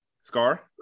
Scar